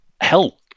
hell